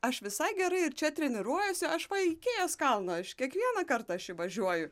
aš visai gerai ir čia treniruojuosi aš va į ikėjos kalną aš kiekvieną kartą aš įvažiuoju